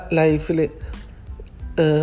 life